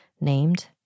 named